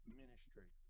ministry